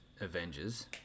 Avengers